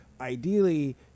ideally